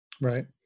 Right